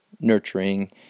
nurturing